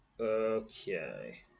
Okay